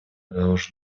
должен